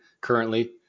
currently